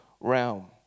realm